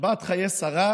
שבת חיי שרה